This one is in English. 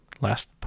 Last